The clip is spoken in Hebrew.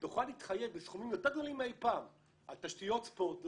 היא תוכל להתחייב בסכומים יותר גדולים מאי פעם על תשתיות ספורט,